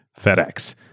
FedEx